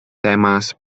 temas